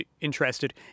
interested